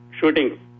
shooting